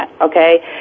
okay